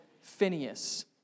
Phineas